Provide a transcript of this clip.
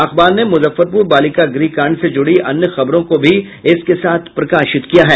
अखबार ने मुजफ्फरपुर बालिका गृह कांड से जुड़ी अन्य खबरों को भी इसके साथ प्रकाशित किया है